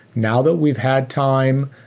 now that we've had time,